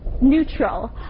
neutral